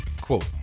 Quote